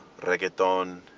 reggaeton